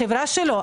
החברה שלו,